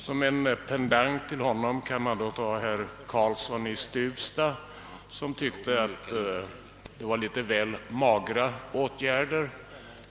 Som en pendang till honom kan nämnas herr Karlsson i Huddinge, som tyckte att det föreslogs litet väl magra åtgärder.